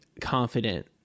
confident